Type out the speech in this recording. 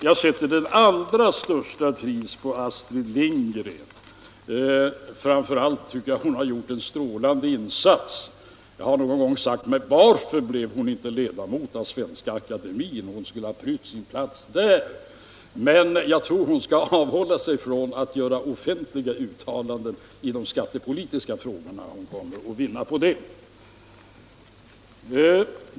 Jag sätter det allra största värde på Astrid Lindgren. Framför allt tycker jag att hon har gjort en strålande litterär insats. Jag har någon gång frågat mig: Varför blev hon inte ledamot av Svenska akademien? Hon skulle ha prytt sin plats där. Men jag tror att hon bör avhålla sig från att göra offentliga uttalanden i de skattepolitiska frågorna. Hon kommer att vinna på det.